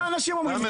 שלוש-ארבע.